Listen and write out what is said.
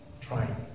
trying